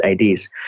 IDs